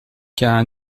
qu’un